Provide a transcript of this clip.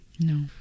No